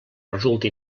resulti